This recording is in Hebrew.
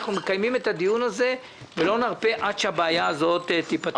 נקיים את הדיון הזה ולא נרפה עד שהבעיה הזאת תיפתר.